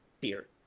fear